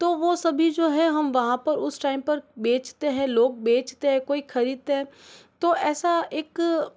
तो वो सभी जो है हम वहाँ पर उस टाइम पर बेचते हैं लोग बेचते हैं कोई ख़रीदते हैं तो ऐसा एक